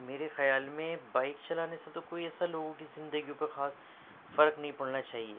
میرے خیال میں بائک چلانے سے تو کوئی ایسا لوگوں کی زندگیوں پر خاص فرق نہیں پڑنا چاہیے